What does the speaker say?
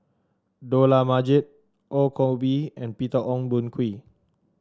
Dollah Majid Ong Koh Bee and Peter Ong Boon Kwee